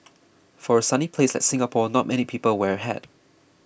for a sunny place like Singapore not many people wear a hat